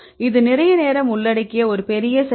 இது நிறைய நேரம் உள்ளடக்கிய ஒரு பெரிய செயல் ஆகும்